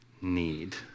need